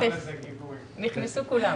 בקהילות קטנות וחלשות והן מפסיקות להחזיק את עצמן.